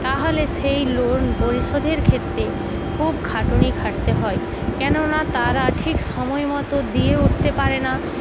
তাহলে সেই লোন পরিশোধের ক্ষেত্রে খুব খাটুনি খাটতে হয় কেননা তারা ঠিক সময়মতো দিয়ে উঠতে পারে না